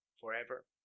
forever